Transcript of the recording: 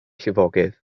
llifogydd